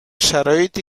شرایطی